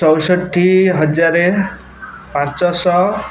ଚଉଷଠି ହଜାର ପାଞ୍ଚଶହ